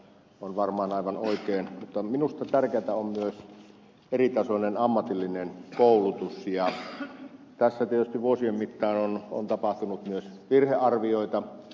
se on varmaan aivan oikein mutta minusta tärkeätä on myös eritasoinen ammatillinen koulutus ja tässä tietysti vuosien mittaan on tapahtunut myös virhearvioita